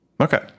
Okay